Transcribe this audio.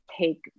Take